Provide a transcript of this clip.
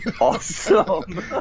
awesome